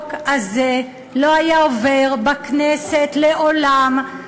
החוק הזה לא היה עובר בכנסת לעולם,